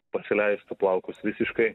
pasileistų plaukus visiškai